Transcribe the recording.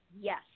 yes